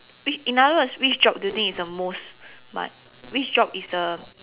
which in other words which job do you think is the most mon~ which job is the